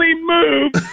moved